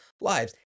lives